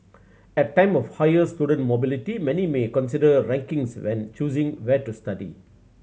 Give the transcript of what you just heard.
at time of higher student mobility many may consider rankings when choosing where to study